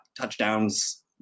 touchdowns